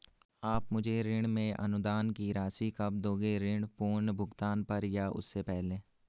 आप मुझे ऋण में अनुदान की राशि कब दोगे ऋण पूर्ण भुगतान पर या उससे पहले?